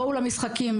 בואו למשחקים,